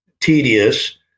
tedious